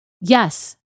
Yes